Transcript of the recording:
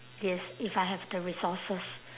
yes if I have the resources